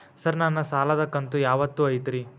Sir ನನ್ನ ಸಾಲದ ಕಂತು ಯಾವತ್ತೂ ಐತ್ರಿ?